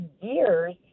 years